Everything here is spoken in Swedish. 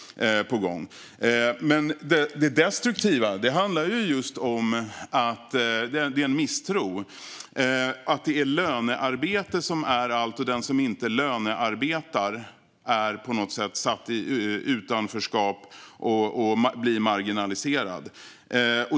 Det destruktiva handlar just om att det finns en misstro. Lönearbete är allt, och den som inte lönearbetar är på något sätt satt i utanförskap och blir marginaliserad.